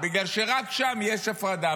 בגלל שרק שם יש הפרדה.